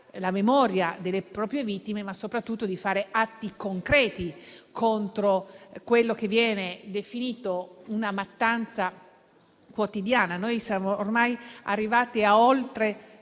la memoria delle proprie vittime, ma soprattutto facendo atti concreti contro quella che viene definita una mattanza quotidiana. Siamo ormai arrivati a oltre